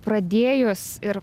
pradėjus ir